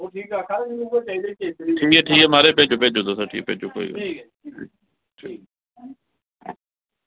ठीक ऐ म्हाराज तुस भेजो भेजो हट्टिया